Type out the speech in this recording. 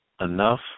enough